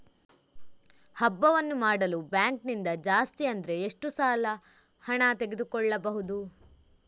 ಹಬ್ಬವನ್ನು ಮಾಡಲು ಬ್ಯಾಂಕ್ ನಿಂದ ಜಾಸ್ತಿ ಅಂದ್ರೆ ಎಷ್ಟು ಸಾಲ ಹಣ ತೆಗೆದುಕೊಳ್ಳಬಹುದು?